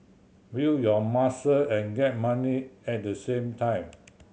build your muscle and get money at the same time